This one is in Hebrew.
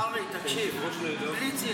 קרעי, תקשיב, בלי ציניות.